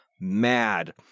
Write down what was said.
mad